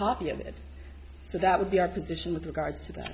copy of it so that would be our position with regards to th